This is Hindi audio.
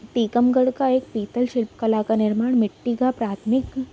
टीकमगढ़ का एक पीतल शिल्पकला का निर्माण मिट्टी का प्राथमिक